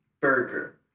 burger